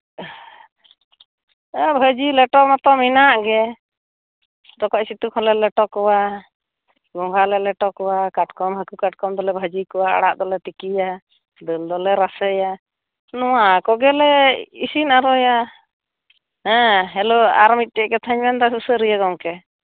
ᱟᱨ ᱵᱷᱟᱡᱤ ᱞᱮᱴᱚ ᱢᱟᱛᱚ ᱢᱮᱱᱟᱜ ᱜᱮ ᱨᱚᱠᱚᱡ ᱥᱤᱛᱩ ᱠᱚᱞᱮ ᱞᱮᱴᱚ ᱠᱚᱣᱟ ᱜᱚᱸᱜᱷᱟ ᱞᱮ ᱞᱮᱴᱚ ᱠᱚᱣᱟ ᱠᱟᱴᱠᱚᱢ ᱦᱟᱹᱠᱩ ᱠᱟᱴᱠᱚᱢ ᱫᱚᱞᱮ ᱵᱷᱟᱹᱡᱤ ᱠᱚᱣᱟ ᱟᱲᱟᱜ ᱫᱚᱞᱮ ᱛᱤᱠᱤᱭᱟ ᱫᱟᱹᱞ ᱫᱚᱞᱮ ᱨᱟᱥᱮᱭᱟ ᱱᱚᱣᱟ ᱠᱚᱜᱮ ᱞᱮ ᱤᱥᱤᱱ ᱟᱨᱚᱭᱟ ᱦᱮᱸ ᱦᱮᱞᱳ ᱟᱨ ᱢᱤᱫᱴᱮᱡ ᱠᱟᱛᱷᱟᱧ ᱢᱮᱱᱫᱟ ᱥᱩᱥᱟᱹᱨᱤᱭᱟᱹ ᱜᱚᱝᱠᱮ